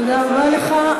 תודה רבה לך.